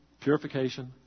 purification